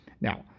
Now